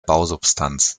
bausubstanz